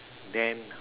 then